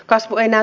kasvu enää